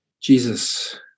Jesus